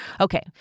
Okay